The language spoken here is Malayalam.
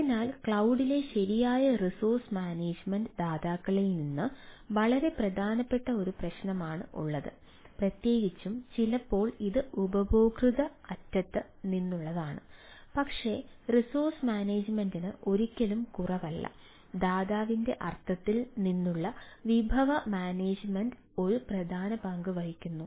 അതിനാൽ ക്ലൌഡിലെ ശരിയായ റിസോഴ്സ് മാനേജുമെന്റ് ദാതാക്കളിൽ നിന്ന് വളരെ പ്രധാനപ്പെട്ട ഒരു പ്രശ്നമാണ് ഉള്ളത് പ്രത്യേകിച്ചും ചിലപ്പോൾ ഇത് ഉപഭോക്തൃ അറ്റത്ത് നിന്നുള്ളതാണ് പക്ഷേ റിസോഴ്സ് മാനേജ്മെന്റിന് ഒരിക്കലും കുറവല്ല ദാതാവിന്റെ അർത്ഥത്തിൽ നിന്നുള്ള വിഭവ മാനേജുമെന്റ് ഒരു പ്രധാന പങ്ക് വഹിക്കുന്നു